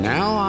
Now